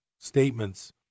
statements